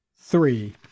Three